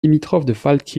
limitrophes